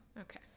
okay